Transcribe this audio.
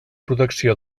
protecció